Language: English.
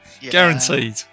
guaranteed